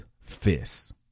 fists